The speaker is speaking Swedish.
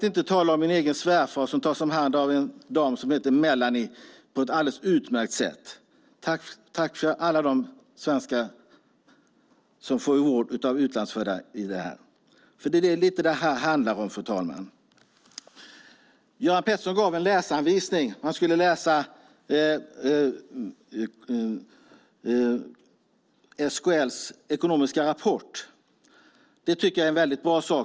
Min egen svärfar tas om hand på ett utmärkt sätt av en dam som heter Melanie. Tack från alla svenskar som får vård av utlandsfödda. Göran Pettersson gav en läsanvisning. Han tyckte att man skulle läsa SKL:s ekonomiska rapport. Det är bra.